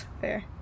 Fair